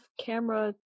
camera